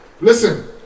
listen